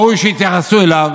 דבר שלא ראוי שיתייחסו אליו,